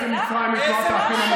נשיא מצרים לשעבר,